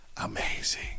amazing